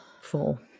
Four